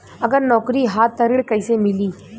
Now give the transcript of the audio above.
अगर नौकरी ह त ऋण कैसे मिली?